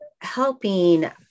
helping